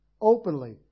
openly